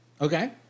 Okay